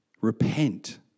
Repent